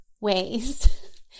ways